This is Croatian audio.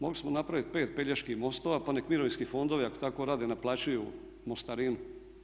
Mogli smo napraviti pet Peljeških mostova pa nek' mirovinski fondovi ako tako rade naplaćuju mostarinu.